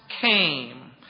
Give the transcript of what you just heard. came